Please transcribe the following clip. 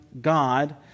God